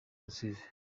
rusizi